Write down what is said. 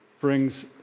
brings